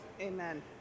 Amen